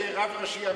שיהיה רב ראשי עמית?